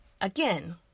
again